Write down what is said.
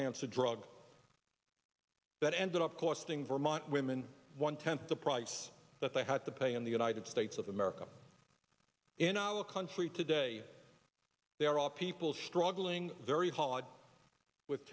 cancer drug that ended up costing vermont women one tenth the price that they had to pay in the united states of america in our country today there are people struggling very h